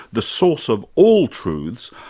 the source of all truths,